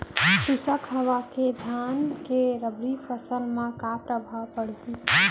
शुष्क हवा के धान के रबि फसल मा का प्रभाव पड़ही?